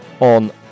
on